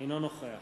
אינו נוכח